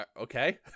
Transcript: Okay